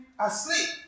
asleep